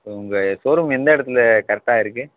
உங்கள் showroom எந்த இடத்துல கரெக்டாக இருக்குது